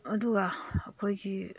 ꯑꯗꯨꯒ ꯑꯩꯈꯣꯏꯒꯤ